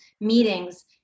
meetings